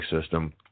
system